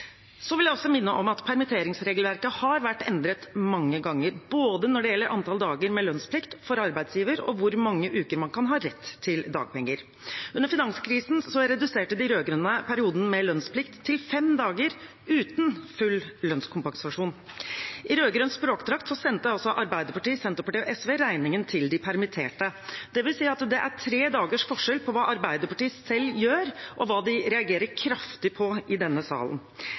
Jeg vil også minne om at permitteringsregelverket har vært endret mange ganger – når det gjelder både antall dager med lønnsplikt for arbeidsgiver og hvor mange uker man kan ha rett til dagpenger. Under finanskrisen reduserte de rød-grønne perioden med lønnsplikt til fem dager uten full lønnskompensasjon. I rød-grønn språkdrakt sendte altså Arbeiderpartiet, Senterpartiet og SV regningen til de permitterte. Det vil si at det er tre dagers forskjell på hva Arbeiderpartiet selv gjør, og hva de reagerer kraftig på i denne salen